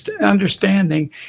understanding